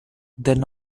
then